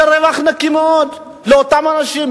זה רווח נקי מאוד לאותם אנשים.